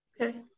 Okay